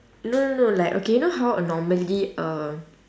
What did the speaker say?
no no no like okay you know how uh normally uh